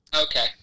Okay